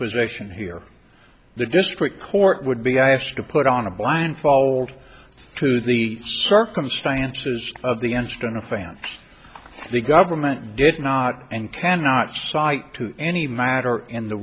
position here the district court would be i have to put on a blindfold to the circumstances of the incident a fan the government did not and cannot cite to any matter in the